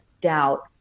doubt